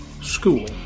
school